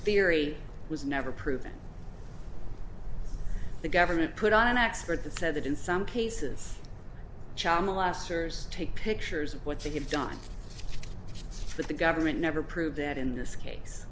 fieri was never proven the government put on an expert that said that in some cases child molesters take pictures of what they have done but the government never proved that in this case